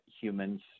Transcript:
humans